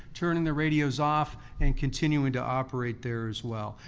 turning the radios off and continuing to operate there as well.